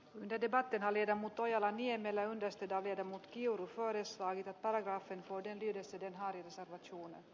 wide debatti hallita mutta ojala niemelä on osteta viedä mutkiurusvuoressa ja parraksen vuoden yhdessä dinaarin sakot suunnan